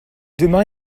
demain